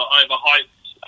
overhyped